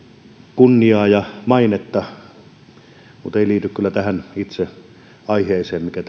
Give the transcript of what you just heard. kunniaa ja mainetta muttei liity kyllä tähän itse aiheeseen mikä